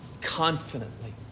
confidently